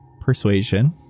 persuasion